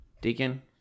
Deacon